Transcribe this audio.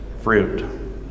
fruit